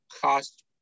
cost